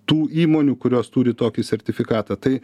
tų įmonių kurios turi tokį sertifikatą tai